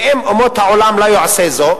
ואם אומות העולם לא יעשו זאת,